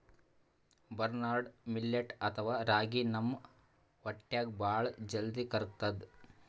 barnyard millet ಅಥವಾ ರಾಗಿ ನಮ್ ಹೊಟ್ಟ್ಯಾಗ್ ಭಾಳ್ ಜಲ್ದಿ ಕರ್ಗತದ್